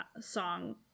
song